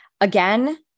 Again